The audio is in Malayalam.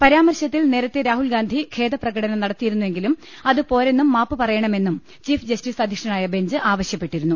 പരാമർശ ത്തിൽ നേരത്തെ രാഹുൽഗാന്ധി ഖേദപ്രകടനം നടത്തിയിരുന്നെ ങ്കിലും അത് പോരെന്നും മാപ്പുപറയണമെന്നും ചീഫ് ജസ്റ്റിസ് അധ്യക്ഷനായ ബെഞ്ച് ആവശ്യപ്പെട്ടിരുന്നു